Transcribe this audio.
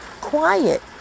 quiet